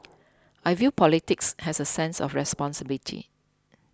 I view politics as a sense of responsibility